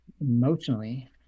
Emotionally